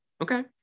okay